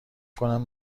کنم